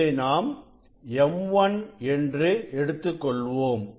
இதை நாம் m1 என்று எடுத்துக்கொள்வோம்